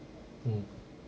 mm